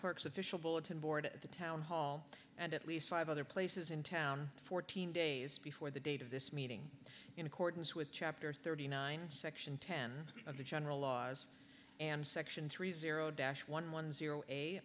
clerk's official bulletin board at the town hall and at least five other places in town fourteen days before the date of this meeting in accordance with chapter thirty nine section ten of the general laws and section three zero dash one one zero